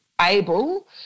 able